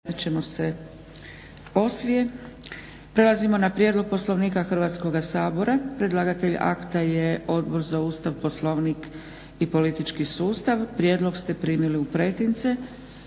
Prelazimo na: - Prijedlog Poslovnika Hrvatskog sabora – Predlagatelj: Odbor za Ustav, Poslovnik i politički sustav, prvo čitanje. Prijedlog ste primili u pretince.